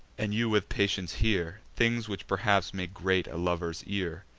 and you with patience hear, things which perhaps may grate a lover's ear,